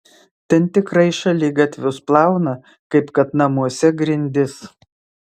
ten tikrai šaligatvius plauna kaip kad namuose grindis